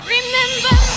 Remember